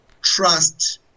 trust –